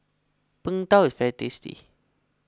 Png Tao is very tasty